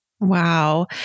Wow